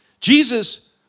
Jesus